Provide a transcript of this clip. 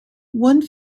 one